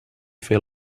fer